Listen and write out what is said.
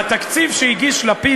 "התקציב שהגיש לפיד